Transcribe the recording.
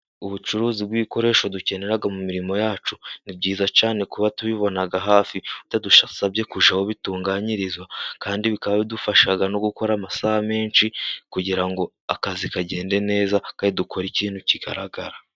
Ubucuruzi bw'ibikoresho dukenera mu mirimo yacu, ni byiza cyane, kuba tubibona hafi, bitadusabye kuru aho bitunganyiriza, kandi bikaba bidufasha no gukora amasaha menshi, kugira ngo akazi kagende neza, kari dukora ikintu kigaragara.